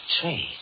trade